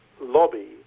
lobby